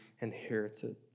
inherited